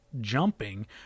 jumping